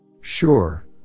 Sure